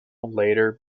later